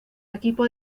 equipo